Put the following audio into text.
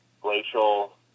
glacial